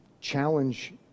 challenge